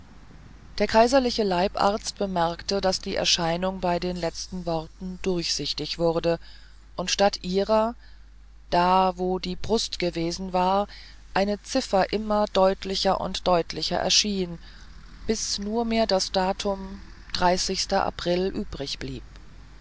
der herr kaiserliche leibarzt bemerkte daß die erscheinung bei den letzten worten durchsichtig wurde und statt ihrer da wo die brust gewesen war eine ziffer immer deutlicher und deutlicher erschien bis nur mehr das datum april